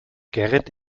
gerrit